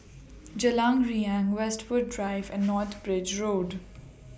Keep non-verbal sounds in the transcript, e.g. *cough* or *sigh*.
Jalan Riang Westwood Drive and *noise* North Bridge Road